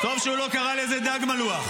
חבל על הדברים.